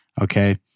okay